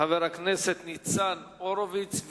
חבר הכנסת ניצן הורוביץ.